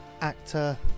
actor